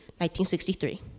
1963